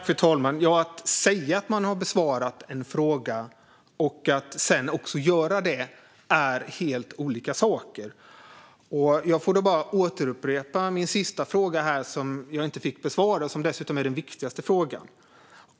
Fru talman! Att säga att man har besvarat en fråga och att sedan också göra det är helt olika saker. Jag får återupprepa min sista fråga som jag inte fick besvarad. Det är dessutom den viktigaste frågan.